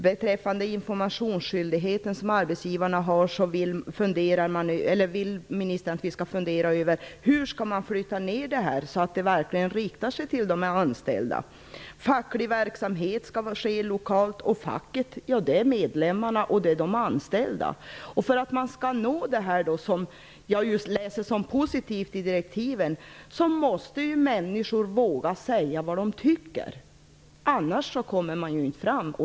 Ministern vill att vi skall fundera över arbetsgivarens informationsskyldighet och hur man skall flytta ner den, så att den riktar sig till de anställda. Facklig verksamhet skall ske lokalt. Facket är medlemmarna, de anställda. För att man skall uppnå det som jag utläser som positivt i direktiven måste människor våga säga vad de tycker. Annars kommer man inte fram.